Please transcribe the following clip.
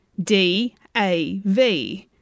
D-A-V